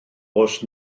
oes